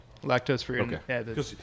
Lactose-free